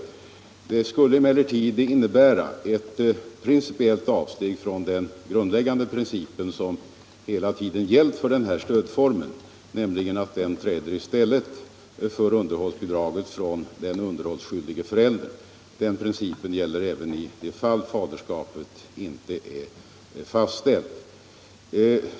En sådan utvidgning skulle emellertid innebära ett principiellt avsteg från den grundläggande princip som hela tiden gällt för denna stödform, nämligen att bidragsförskott utgår i stället för underhållet från den underhållsskyldige föräldern. Samma princip gäller även i det fall faderskapet inte är fastställt.